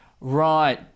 Right